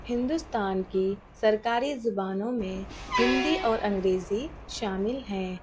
ہندوستان کی سرکاری زبانوں میں ہندی اور انگریزی شامل ہیں